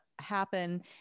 happen